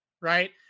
Right